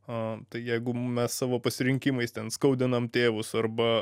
a tai jeigu mes savo pasirinkimais ten skaudinam tėvus arba